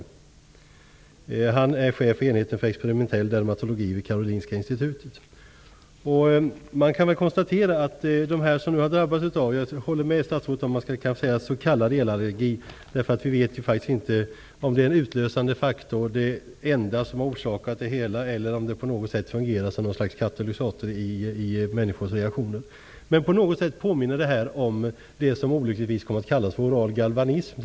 Olle Johansson är chef för enheten för experimentell dermatologi vid Karolinska institutet. Jag håller med statsrådet om att man skall säga s.k. elallergi. Vi vet ju inte om el är en utlösande faktor, den enda orsaken eller om det fungerar som något slags katalysator för människors reaktioner. Elallergi påminner om det som till en början olyckligtvis kom att kallas oral galvanism.